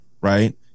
right